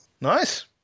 Nice